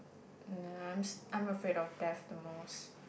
nah I'm afraid of death the most